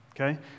okay